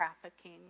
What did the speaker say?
trafficking